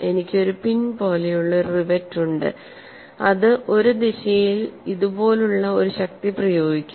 എനിക്ക് ഒരു പിൻ പോലെയുള്ള ഒരു റിവറ്റ് ഉണ്ട് അത് ഒരു ദിശയിൽ ഇതുപോലുള്ള ഒരു ശക്തി പ്രയോഗിക്കും